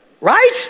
right